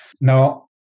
Now